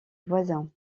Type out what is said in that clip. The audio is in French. voisin